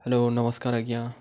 hello ନମସ୍କାର ଆଜ୍ଞା